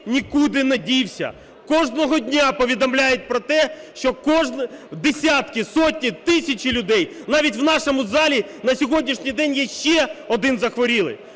нікуди не дівся, кожного дня повідомляють про те, що десятки, сотні, тисячі людей, навіть в нашому залі на сьогоднішній день є ще один захворілий.